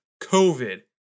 COVID